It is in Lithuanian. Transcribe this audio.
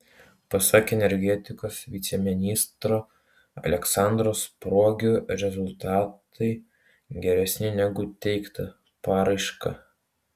pasak energetikos viceministro aleksandro spruogio rezultatai geresni negu teikta paraiška